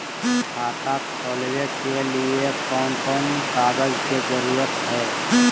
खाता खोलवे के लिए कौन कौन कागज के जरूरत है?